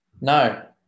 No